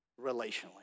relationally